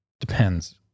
Depends